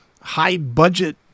high-budget